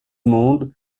monde